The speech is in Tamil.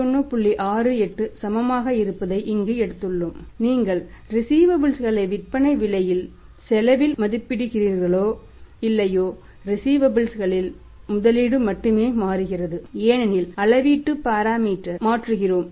68 சமமாக இருப்பதை இங்கு எடுத்துள்ளோம் நீங்கள் ரிஸீவபல்ஸ் மாற்கிறோம்